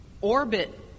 orbit